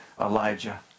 Elijah